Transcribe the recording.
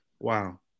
Wow